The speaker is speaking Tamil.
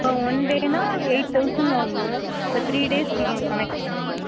ஆ ஒன் டேன்னா எயிட் தௌசண்ட் வாங்குவோம் அப்போ த்ரீ டேஸ்க்கு நீங்கள் கணக்கு பண்ணிக்கோங்க